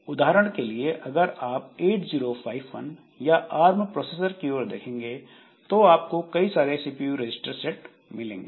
उदाहरण के लिए अगर आप 8051 या आर्म प्रोसेसर्स की ओर देखेंगे तो आपको कई सारे सीपीयू रजिस्टर सेट मिलेंगे